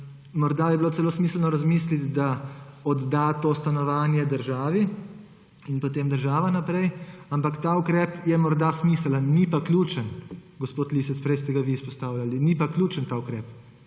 Morda bi bilo celo smiselno razmisliti, da odda to stanovanje državi in potem država naprej, ampak ta ukrep je morda smiseln, ni pa ključen, gospod Lisec, prej ste ga vi izpostavljali, ni pa ključen ta ukrep.